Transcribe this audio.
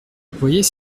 voyez